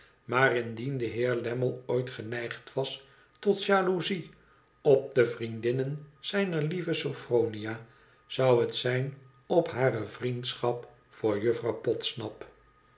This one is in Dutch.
maar indien de heer lammie ooit geneigd was tot jaloezie op de vriendinnen zijner lieve sophronia zou het zijn op hare vriendschap voor juffrouw podsnap